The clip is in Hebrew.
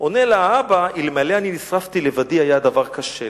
עונה לה האבא: "אלמלא אני נשרפתי לבדי היה הדבר קשה לי,